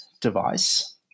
device